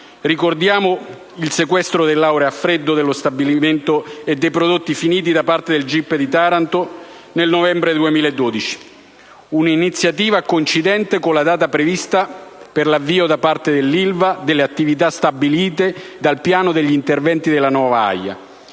Ricordiamo il sequestro dell'area a freddo dello stabilimento e dei prodotti finiti da parte del gip di Taranto nel novembre 2012, un'iniziativa coincidente con la data prevista per l'avvio, da parte dell'Ilva, delle attività stabilite dal piano degli interventi della nuova AIA.